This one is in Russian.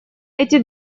эти